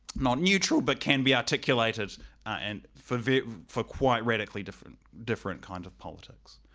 not neutral, but can be articulated and for for quiet radically different different kinds of politics